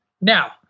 Now